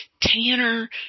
Tanner